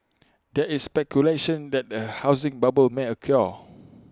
there is speculation that A housing bubble may occur